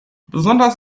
besonders